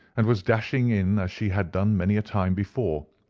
and was dashing in as she had done many a time before,